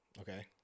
Okay